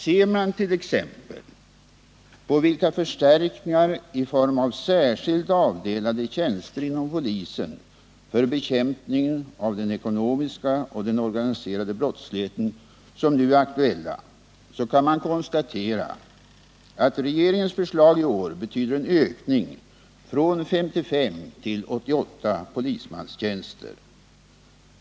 Ser man t.ex. på vilka förstärkningar i form av särskilt avdelade tjänster inom polisen för bekämpningen av den ekonomiska och den organiserade bjottsligheten som nu är aktuella, kan man konstatera att regeringens förslag i år betyder en ökning från 55 till 88 polismanstjänster.